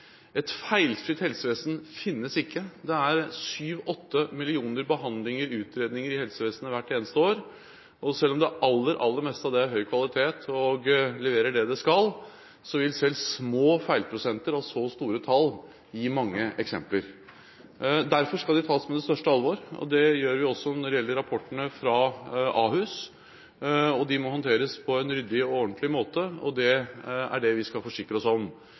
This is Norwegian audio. Et feilfritt helsevesen finnes ikke. Det er syv–åtte millioner behandlinger og utredninger i helsevesenet hvert eneste år, og selv om det aller, aller meste av det er av høy kvalitet og leverer det det skal, vil selv små feilprosenter av så store tall gi mange eksempler. Derfor skal de tas på største alvor, og det gjør vi også når det gjelder rapportene fra Ahus. De må håndteres på en ryddig og ordentlig måte, og det er det vi skal forsikre oss om.